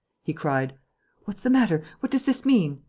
he cried what's the matter? what does this mean?